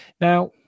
Now